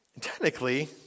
Technically